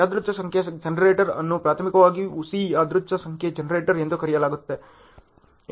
ಯಾದೃಚ್ ಸಂಖ್ಯೆ ಜನರೇಟರ್ ಅನ್ನು ಪ್ರಾಥಮಿಕವಾಗಿ ಹುಸಿ ಯಾದೃಚ್ ಸಂಖ್ಯೆ ಜನರೇಟರ್ ಎಂದು ಕರೆಯಲಾಗುತ್ತದೆ